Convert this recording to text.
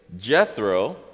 Jethro